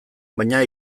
baina